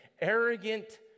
arrogant